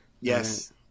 Yes